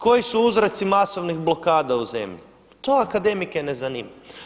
Koji su uzroci masovnih blokada u zemlji to akademike ne zanima?